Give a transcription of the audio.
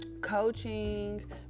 Coaching